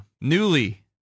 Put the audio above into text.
newly